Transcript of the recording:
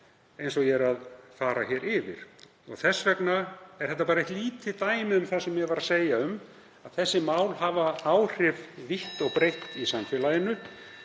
eins og ég er að fara hér yfir. Þess vegna er þetta bara eitt lítið dæmi um það sem ég var að segja um að þessi mál hafa áhrif vítt og breitt (Forseti